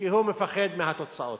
כי הוא מפחד מהתוצאות,